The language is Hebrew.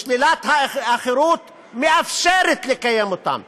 ששלילת החירות מאפשרת לקיים אותן,